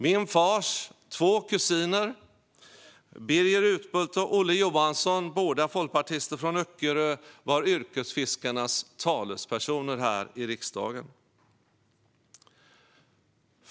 Min fars två kusiner Birger Utbult och Olle Johansson, båda folkpartister från Öckerö, var yrkesfiskarnas talespersoner här i riksdagen.